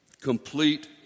Complete